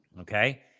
Okay